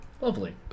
Lovely